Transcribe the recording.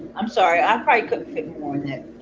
i'm sorry i couldn't fit anymore than that.